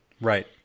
right